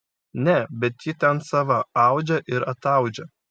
ne bet ji ten sava audžia ir ataudžia